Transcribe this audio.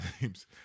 names